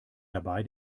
dabei